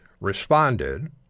responded